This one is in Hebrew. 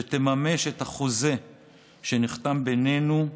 שתממש את החוזה שנחתם בינינו,